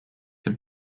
have